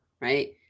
right